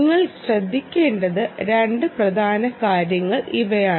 നിങ്ങൾക്ക് ശ്രദ്ധിക്കേണ്ട 2 പ്രധാന കാര്യങ്ങൾ ഇവയാണ്